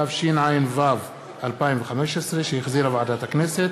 התשע"ו 2015, שהחזירה ועדת הכנסת.